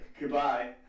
Goodbye